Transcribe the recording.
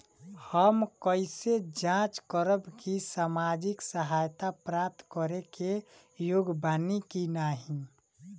हम कइसे जांच करब कि सामाजिक सहायता प्राप्त करे के योग्य बानी की नाहीं?